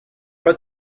pas